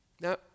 Now